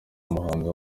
umuhanzi